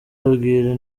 abwira